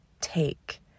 take